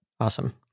Awesome